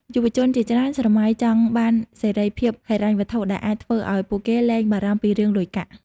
យុវជនជាច្រើនស្រមៃចង់បានសេរីភាពហិរញ្ញវត្ថុ ដែលអាចធ្វើឱ្យពួកគេលែងបារម្ភពីរឿងលុយកាក់។